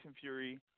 Fury